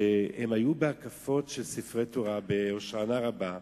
שהם היו בהקפות של ספרי תורה בהושענא רבה,